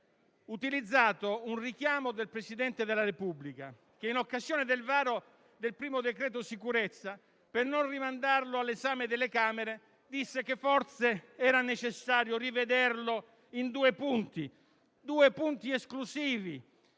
strumentale un richiamo del Presidente della Repubblica che, in occasione del varo del primo decreto-legge sicurezza, per non rimandarlo all'esame delle Camere, disse che forse era necessario rivederlo in due punti, esclusivamente